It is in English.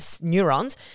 neurons